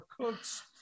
cooks